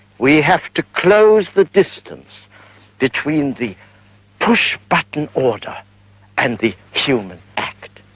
we have to close the distance between the push-button order and the human act.